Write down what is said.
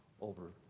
over